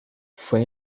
fue